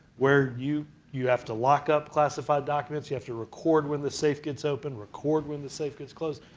where you you have to lock up classified documents. you have to record when the safe gets opened, record when the safe gets closed.